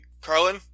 Carlin